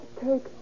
take